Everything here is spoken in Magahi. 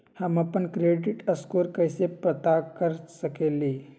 हम अपन क्रेडिट स्कोर कैसे पता कर सकेली?